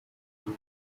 too